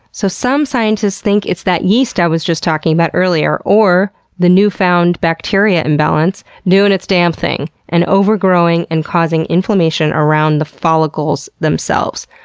so some scientists think it's that yeast i was just talking about earlier, or the newfound bacteria imbalance doing and its damn thing and overgrowing and causing inflammation around the follicles themselves.